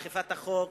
אכיפת החוק,